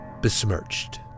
besmirched